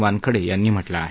वानखडे यांनी म्हटलं आहे